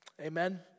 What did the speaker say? Amen